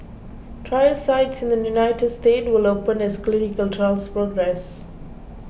trial sites in the United States will open as clinical trials progress